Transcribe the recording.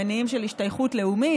למניעים של השתייכות לאומית,